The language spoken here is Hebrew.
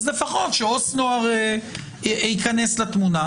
אז לפחות שעובד סוציאלי של נוער ייכנס לתמונה.